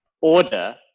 order